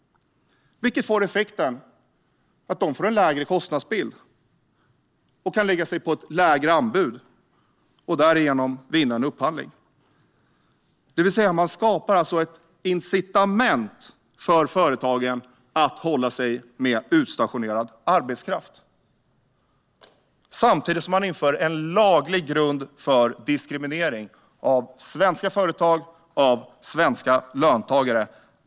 Detta resulterar i att de får en lägre kostnadsbild och kan lägga sig på ett lägre anbud och därigenom vinna en upphandling. Man skapar alltså ett incitament för företagen att hålla sig med utstationerad arbetskraft, samtidigt som man inför en laglig grund för diskriminering av svenska företag och svenska löntagare.